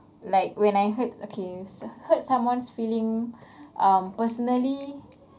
like when I hurt okay hurt someone's feeling um personally